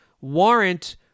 warrant